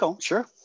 sure